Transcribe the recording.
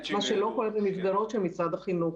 זה לא קורה במסגרות של משרד החינוך.